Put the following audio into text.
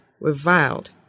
reviled